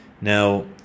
Now